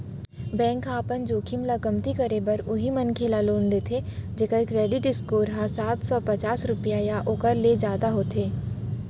bank ह अपन जोखिम ल कमती करे बर उहीं मनखे ल लोन देथे जेखर करेडिट स्कोर ह सात सव पचास रुपिया या ओखर ले जादा होथे